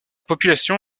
population